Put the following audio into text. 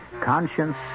conscience